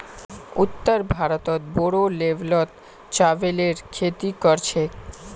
उत्तर भारतत बोरो लेवलत चावलेर खेती कर छेक